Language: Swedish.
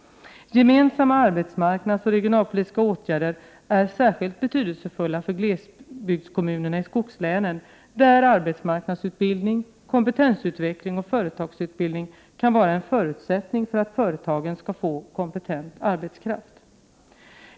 Gemensamma arbetsmarknadsoch regionalpolitiska åtgärder är särskilt betydelsefulla för glesbygdskommunerna i skogslänen, där arbetsmarknadsutbildning, kompetensutveckling och företagsutbildning kan vara en förutsättning för att företagen skall få kompetent arbetskraft.